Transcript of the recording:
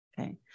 Okay